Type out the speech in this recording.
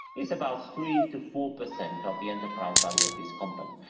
it's about three to four percent of the enterprise value of this company.